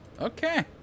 Okay